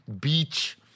Beach